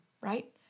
right